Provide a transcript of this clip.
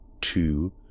two